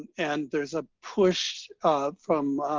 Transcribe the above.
and there's a push from,